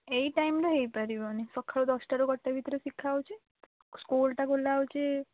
ଏଇ ଟାଇମ୍ରେ ହେଇପାରିବନି ସକାଳ ଦଶଟାରୁ ଗୋଟେ ଭିତରେ ଶିଖା ହେଉଛି ସ୍କୁଲଟା ଖୋଲା ହେଉଛି